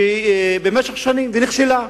שבמשך שנים נכשלה,